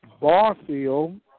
Barfield